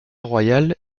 royal